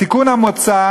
התיקון המוצע